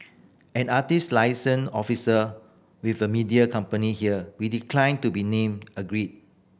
an artist liaison officer with a media company here we declined to be named agreed